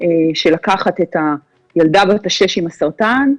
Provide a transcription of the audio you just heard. של לקחת את הילדה בת השש עם הסרטן,